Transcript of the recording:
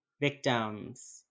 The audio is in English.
victims